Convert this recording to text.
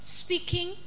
speaking